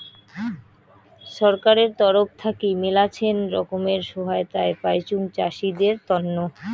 ছরকারের তরফ থাকি মেলাছেন রকমের সহায়তায় পাইচুং চাষীদের তন্ন